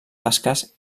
basques